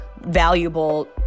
valuable